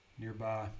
nearby